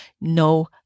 no